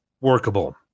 workable